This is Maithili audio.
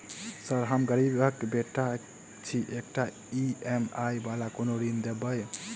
सर हम गरीबक बेटा छी एकटा ई.एम.आई वला कोनो ऋण देबै?